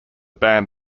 band